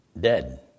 dead